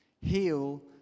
Heal